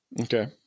okay